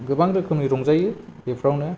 गोबां रोखोमै रंजायो बेफ्रावनो